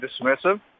dismissive